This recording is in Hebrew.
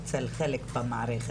אצל חלק במערכת.